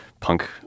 punk